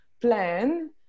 plan